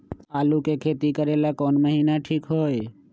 आलू के खेती करेला कौन महीना ठीक होई?